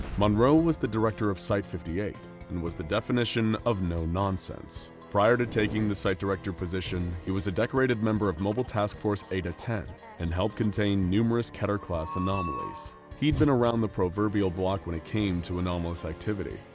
monroe was the director of site fifty eight, and was the definition of no-nonsense. prior to taking the site director position, he was a decorated member of mobile task force eta ten and helped contain numerous keter-class anomalies. he'd been around the proverbial block when it came to anomalous activity,